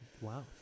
wow